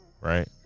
right